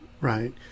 Right